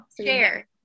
Share